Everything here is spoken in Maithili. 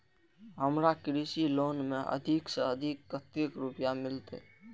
हमरा कृषि लोन में अधिक से अधिक कतेक रुपया मिलते?